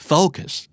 Focus